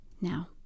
Now